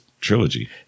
trilogy